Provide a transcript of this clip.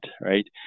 right